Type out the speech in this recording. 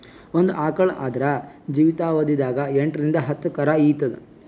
ಒಂದ್ ಆಕಳ್ ಆದ್ರ ಜೀವಿತಾವಧಿ ದಾಗ್ ಎಂಟರಿಂದ್ ಹತ್ತ್ ಕರಾ ಈತದ್